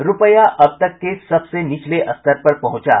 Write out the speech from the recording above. रूपया अब तक के सबसे निचले स्तर पर पहुंचा